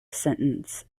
sentence